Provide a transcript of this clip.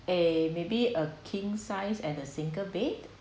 uh maybe a king size and a single bed